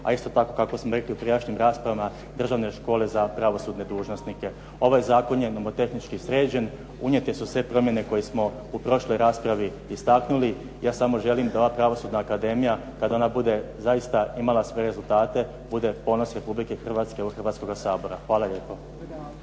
a isto tako kako smo rekli u prijašnjim raspravama državne škole za pravosudne dužnosnike. Ovaj zakon je nomotehnički sređen. Unijete su sve promjene koje smo u prošloj raspravi istaknuli. Ja samo želim da ova pravosudna akademija kad ona bude zaista imala sve rezultate bude ponos Republike Hrvatske i ovog Hrvatskoga sabora. Hvala lijepo.